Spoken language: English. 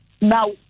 Now